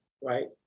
right